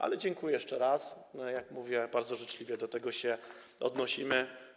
Ale dziękuję jeszcze raz, jak mówię, bardzo życzliwie do tego się odnosimy.